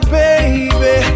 baby